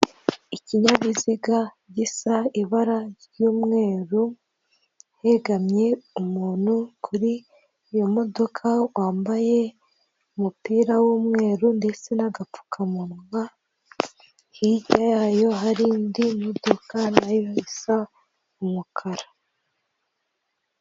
Ikinyabiziga gisa ibara ry'umweru, hegamye umuntu kuri iyo modoka wambaye umupira w'umweru ndetse n'agapfukamunwa, hirya yayo hari indi modoka na yo isa umukara.